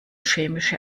chemische